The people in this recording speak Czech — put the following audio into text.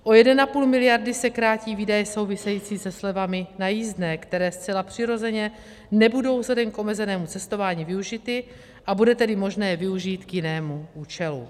O 1,5 mld. se krátí výdaje související se slevami na jízdné, které zcela přirozeně nebudou vzhledem k omezenému cestování využity, a bude tedy možné je využít k jinému účelu.